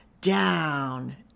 down